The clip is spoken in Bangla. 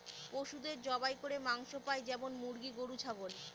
পশুদের জবাই করে মাংস পাই যেমন মুরগি, গরু, ছাগল